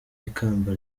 ikamba